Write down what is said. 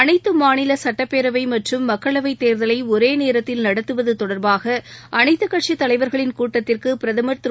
அனைத்துமாநிலசட்டப்பேரவைமற்றும் பிரகலாத் ஜோஷி மக்களவைத் தேர்தலைஒரேநேரத்தில் நடத்துவத்தொடர்பாகஅனைத்துக்கட்சித் தலைவர்களின் கூட்டத்திற்குபிரதமர் திரு